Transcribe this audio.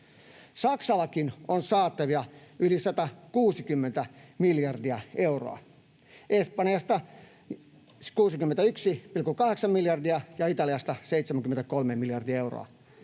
Saksallakin on saatavia yli 160 miljardia euroa — Espanjasta 61,8 miljardia ja Italiasta 73 miljardia euroa